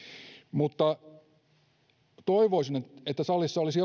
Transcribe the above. toivoisin että salissa olisi